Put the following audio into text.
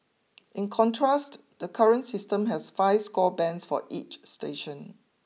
in contrast the current system has five score bands for each station